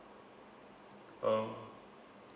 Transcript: um